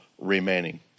remaining